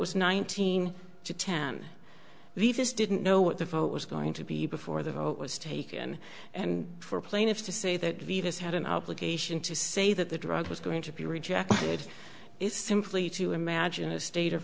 was nineteen to ten we just didn't know what the vote was going to be before the vote was taken and for plaintiffs to say that vegas had an obligation to say that the drug was going to be rejected is simply to imagine a state of